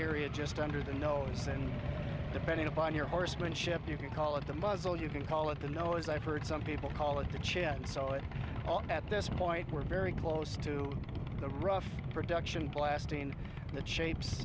area just under the nose and depending upon your horsemanship you can call it the muzzle you can call it the nose i've heard some people call it the chin so it's all at this point we're very close to the rough production blasting the shapes